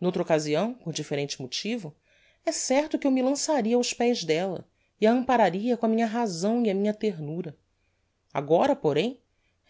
n'outra occasião por differente motivo é certo que eu me lançaria aos pés della e a ampararia com a minha razão e a minha ternura agora porém